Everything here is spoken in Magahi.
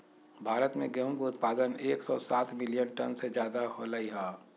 भारत में गेहूं के उत्पादन एकसौ सात मिलियन टन से ज्यादा होलय है